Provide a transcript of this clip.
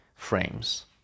frames